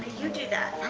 you do that.